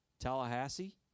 Tallahassee